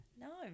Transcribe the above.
No